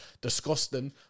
disgusting